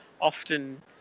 often